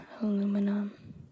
aluminum